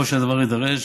ככל שהדבר יידרש.